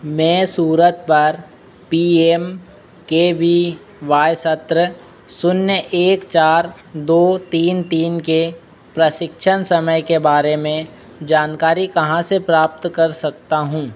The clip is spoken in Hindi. मैं सूरत पर P M K V Y सत्र शून्य एक चार दो तीन तीन के प्रशिक्षण समय के बारे में जानकारी कहाँ से प्राप्त कर सकता हूँ